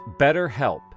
BetterHelp